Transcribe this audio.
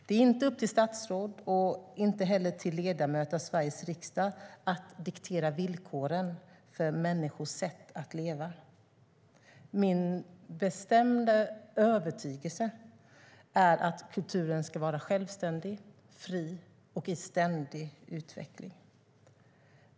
Det är inte upp till statsråd och inte heller till ledamöter av Sveriges riksdag att diktera villkoren för människors sätt att leva. Min bestämda övertygelse är att kulturen ska vara självständig, fri och i ständig utveckling.